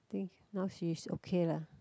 think now she's okay lah